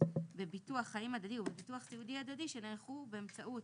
בביטוח חיים הדדי ובביטוח סיעודי הדדי שנערכו באמצעות